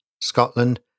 Scotland